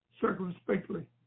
circumspectly